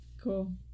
Cool